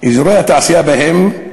אזורי התעשייה בהן,